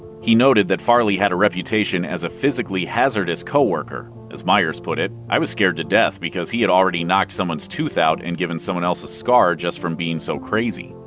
he noted that farley had a reputation as a physically hazardous coworker. as myers put it, i was scared to death, because he had already knocked someone's tooth out and someone else a scar just from being so crazy.